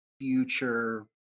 future